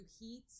heat